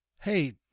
Hey